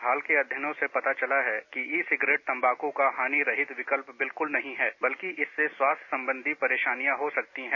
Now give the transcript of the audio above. हाल के अध्ययनों से पता चला है कि ई सिगरेट तंबाकू का हानिरहित विकल्प बिल्कुल नहीं है बल्कि इससे स्वास्थ्य संबंधी परेशानियां हो सकती हैं